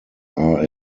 are